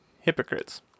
hypocrites